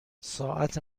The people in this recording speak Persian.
ساعت